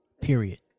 Period